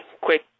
quick